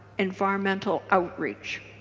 environmental outreach.